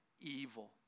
evil